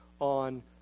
on